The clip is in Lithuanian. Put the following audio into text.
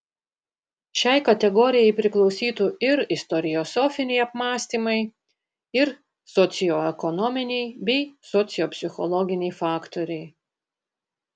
šiai kategorijai priklausytų ir istoriosofiniai apmąstymai ir socioekonominiai bei sociopsichologiniai faktoriai